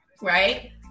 right